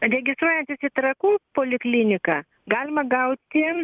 registruojantis į trakų polikliniką galima gauti